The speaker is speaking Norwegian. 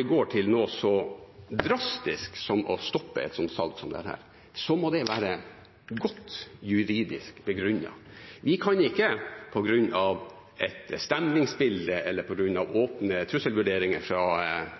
vi går til noe så drastisk som å stoppe et slikt salg, må det være godt juridisk begrunnet. Vi kan ikke på grunn av et stemningsbilde eller på grunn av åpne trusselvurderinger fra